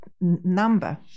number